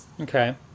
okay